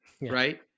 right